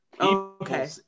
Okay